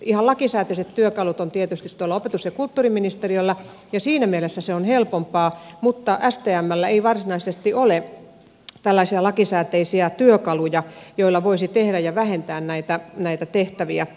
ihan lakisääteiset työkalut on tietysti tuolla opetus ja kulttuuriministeriöllä ja siinä mielessä se on helpompaa mutta stmllä ei varsinaisesti ole tällaisia lakisääteisiä työkaluja joilla voisi tehdä ja vähentää näitä tehtäviä